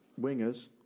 Wingers